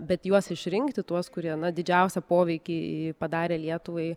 bet juos išrinkti tuos kurie na didžiausią poveikį padarė lietuvai